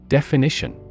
Definition